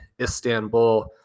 Istanbul